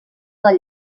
del